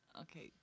Okay